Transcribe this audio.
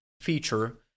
feature